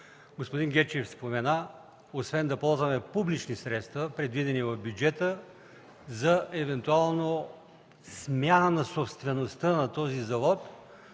Господин Гечев спомена – освен да ползваме публични средства, предвидени в бюджета, за евентуална смяна на собствеността на този завод,